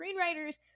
screenwriters